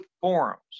forums